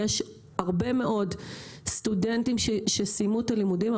יש הרבה מאוד סטודנטים שסיימו את הלימודים,